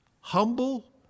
humble